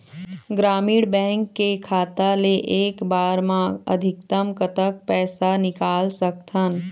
ग्रामीण बैंक के खाता ले एक बार मा अधिकतम कतक पैसा निकाल सकथन?